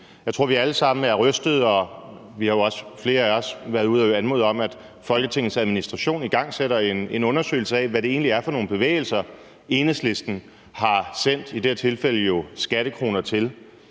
Jeg tror, at vi alle sammen er rystede, og flere af os har jo også været ude at anmode om, at Folketingets Administration igangsætter en undersøgelse af, hvad det egentlig er for nogle bevægelser, Enhedslisten har sendt i det her tilfælde skattekroner til